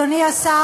אדוני השר,